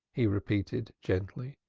he repeated gently.